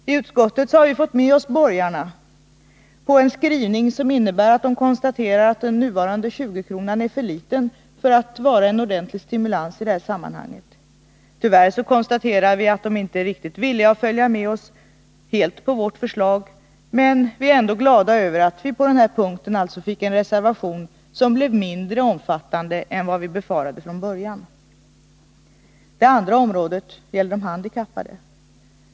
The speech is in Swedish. I utskottet har vi fått med oss borgarna på en skrivning där vi konstaterar att den nuvarande 20-kronan är för liten för att vara en ordentlig stimulans i detta sammanhang. Tyvärr, konstaterar vi, är de inte villiga att ta steget fullt ut och stödja vårt förslag, men vi är ändå glada över att vår reservation på den här punkten kunde bli mindre omfattande än vi från början befarade. Den andra punkten gäller de handikappade.